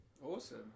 awesome